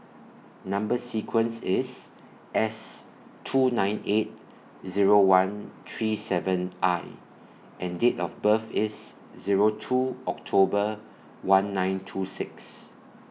Number sequence IS S two nine eight Zero one three seven I and Date of birth IS Zero two October one nine two six